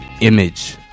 image